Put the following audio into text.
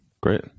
Great